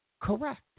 correct